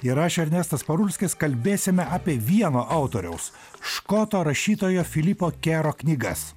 ir aš ernestas parulskis kalbėsime apie vieno autoriaus škoto rašytojo filipo kero knygas